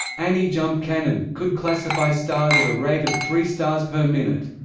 annie jump cannon, could classify stars at a rate of three stars per minute.